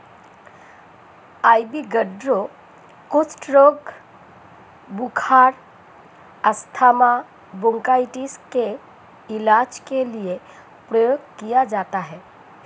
ivy gourd कुष्ठ रोग, बुखार, अस्थमा, ब्रोंकाइटिस के इलाज के लिए प्रयोग किया जाता है